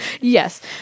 Yes